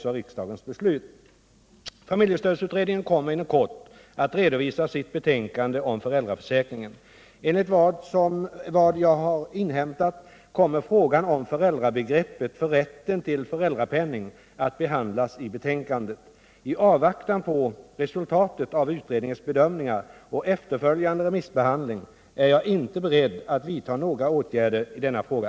Familjestödsutredningen kommer inom kort att redovisa sitt betänkande om föräldraförsäkringen. Enligt vad jag har inhämtat kommer frågan om föräldrabegreppet för rätten till föräldrapenning att behandlas i betänkandet. I avvaktan på resultatet av utredningens bedömningar och efterföljande remissbehandling är jag inte beredd att vidta några åtgärder i denna fråga.